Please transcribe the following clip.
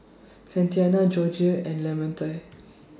Santina Georgie and Lamonte